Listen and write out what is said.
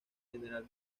general